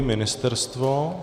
Ministerstvo?